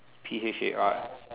P H A R